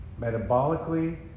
metabolically